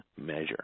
measure